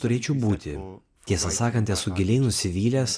turėčiau būti tiesą sakant esu giliai nusivylęs